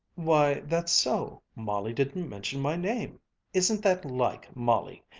why, that's so, molly didn't mention my name isn't that like molly!